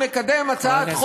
אנחנו נקדם הצעת חוק,